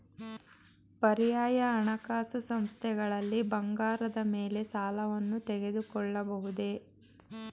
ಪರ್ಯಾಯ ಹಣಕಾಸು ಸಂಸ್ಥೆಗಳಲ್ಲಿ ಬಂಗಾರದ ಮೇಲೆ ಸಾಲವನ್ನು ತೆಗೆದುಕೊಳ್ಳಬಹುದೇ?